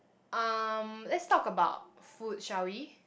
um let's talk about food shall we